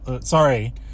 Sorry